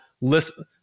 listen